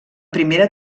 primera